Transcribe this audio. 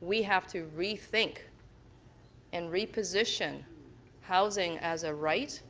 we have to rethink and reposition housing as a right.